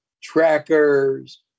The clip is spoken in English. trackers